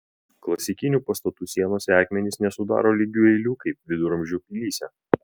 klasikinių pastatų sienose akmenys nesudaro lygių eilių kaip viduramžių pilyse